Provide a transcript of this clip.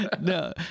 no